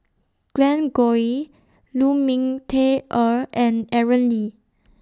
Glen Goei Lu Ming Teh Earl and Aaron Lee